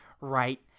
right